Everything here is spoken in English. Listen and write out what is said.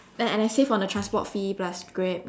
and and I save on the transport fee plus Grab